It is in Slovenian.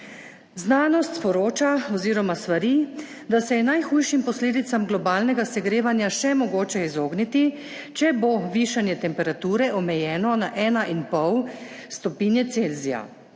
Znanost sporoča oziroma svari, da se je najhujšim posledicam globalnega segrevanja še mogoče izogniti, če bo višanje temperature omejeno na eno in pol stopinje Celzija,